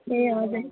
ए हजुर